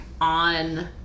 on